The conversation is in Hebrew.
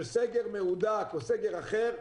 של סגר מהודק או סגר אחר,